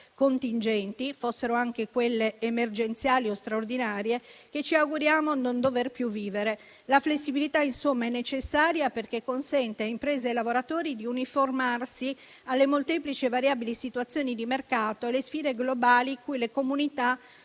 contingenti, fossero anche quelle emergenziali o straordinarie, che ci auguriamo non dover più vivere. La flessibilità, insomma, è necessaria, perché consente a imprese e lavoratori di uniformarsi alle molteplici e variabili situazioni di mercato e alle sfide globali cui le comunità